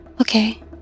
Okay